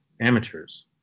amateurs